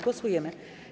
Głosujemy.